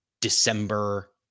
December